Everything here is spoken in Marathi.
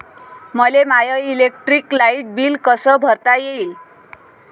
मले माय इलेक्ट्रिक लाईट बिल कस भरता येईल?